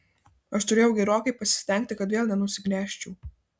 aš turėjau gerokai pasistengti kad vėl nenusigręžčiau